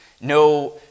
no